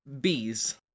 bees